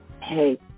hey